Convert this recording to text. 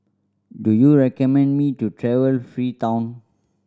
do you recommend me to travel Freetown